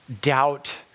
doubt